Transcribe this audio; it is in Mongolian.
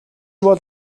бол